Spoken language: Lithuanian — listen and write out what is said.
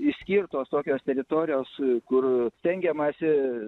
išskirtos tokios teritorijos kur stengiamasi